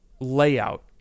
Layout